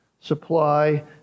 supply